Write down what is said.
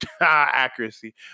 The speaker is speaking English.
accuracy